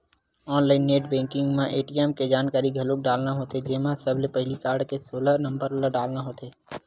online net banking म ATM के जानकारी घलोक डालना होथे जेमा सबले पहिली कारड के सोलह नंबर ल डालना होथे